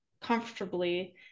comfortably